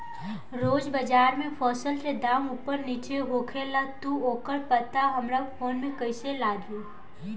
रोज़ बाज़ार मे फसल के दाम ऊपर नीचे होखेला त ओकर पता हमरा फोन मे कैसे लागी?